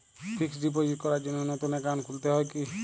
Fix deposit করার জন্য নতুন অ্যাকাউন্ট খুলতে হয় কী?